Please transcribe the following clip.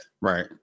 Right